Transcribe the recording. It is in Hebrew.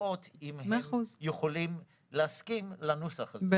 לראות אם הם יכולים להסכים לנוסח הזה.